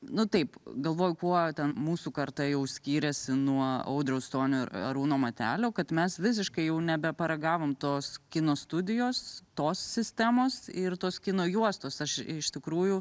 nu taip galvoju kuo ten mūsų karta jau skyrėsi nuo audriaus stonio ir arūno matelio kad mes visiškai jau nebeparagavom tos kino studijos tos sistemos ir tos kino juostos aš iš tikrųjų